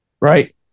right